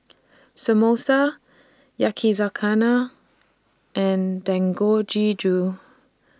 Samosa Yakizakana and Dangojiru